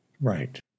Right